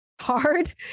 hard